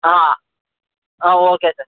ಆಂ ಹಾಂ okay sir